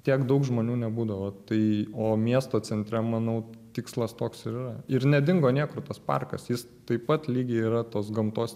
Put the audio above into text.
tiek daug žmonių nebūdavo tai o miesto centre manau tikslas toks ir yra ir nedingo niekur tas parkas jis taip pat lygiai yra tos gamtos